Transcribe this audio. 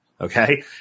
Okay